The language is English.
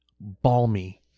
Balmy